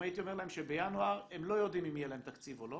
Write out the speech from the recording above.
אם הייתי אומר להם שבינואר הם לא יודעים אם יהיה להם תקציב או לא,